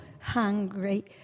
hungry